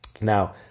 Now